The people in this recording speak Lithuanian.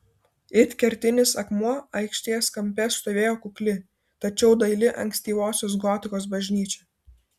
it kertinis akmuo aikštės kampe stovėjo kukli tačiau daili ankstyvosios gotikos bažnyčia